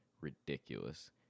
ridiculous